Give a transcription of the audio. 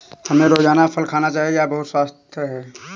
हमें रोजाना फल खाना चाहिए, यह बहुत स्वस्थ है